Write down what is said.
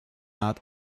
out